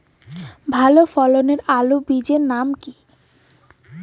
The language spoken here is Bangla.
ভালো ফলনের আলুর বীজের নাম কি?